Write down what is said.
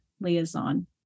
liaison